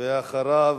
ואחריו,